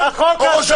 תקשורת זה אתה.